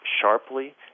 sharply